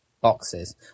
boxes